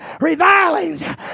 revilings